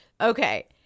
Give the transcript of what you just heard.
Okay